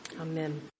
Amen